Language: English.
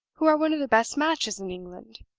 who are one of the best matches in england!